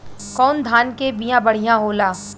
कौन धान के बिया बढ़ियां होला?